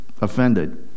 offended